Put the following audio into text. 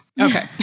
Okay